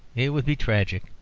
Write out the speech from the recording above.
it would be tragic.